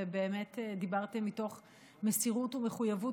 ובאמת דיברתם מתוך מסירות ומחויבות